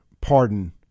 pardon